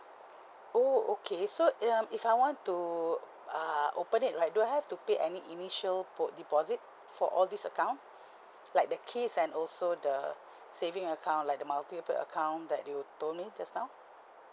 oh okay so um if I want to err open it like do I have to pay any initial put deposit for all this account like the kids and also the saving account like the multiplier account that you told me just now